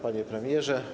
Panie Premierze!